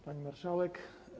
Pani Marszałek!